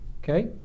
Okay